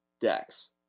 decks